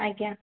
ଆଜ୍ଞା